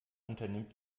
unternimmt